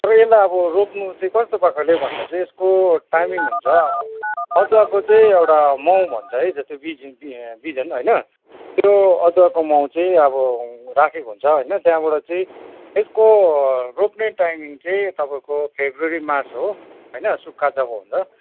र यसलाई अब रोप्नु चाहिँ कस्तो प्रकारले भन्दा चाहिँ यसको टाइमिङ हुन्छ अदुवाको चाहिँ एउटा माउ भन्छ है जस्तो बिज बिजन होइन त्यो अदुवाको माउ चाहिँ अब राखेको हुन्छ होइन त्यहाँबाट चाहिँ त्यसको रोप्ने टाइम चाहिँ तपाईँको फेब्रुअरी मार्च हो होइन सुक्खा जब हुन्छ